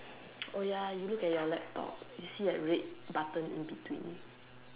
oh ya you look at your laptop you see a red button in between